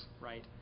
right